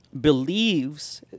believes